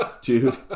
dude